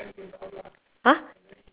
!huh!